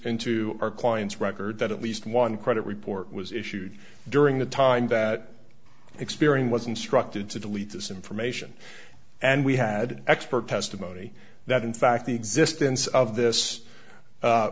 into our clients record that at least one credit report was issued during the time that experian was instructed to delete this information and we had expert testimony that in fact the existence of this